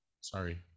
sorry